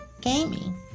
gaming